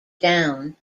down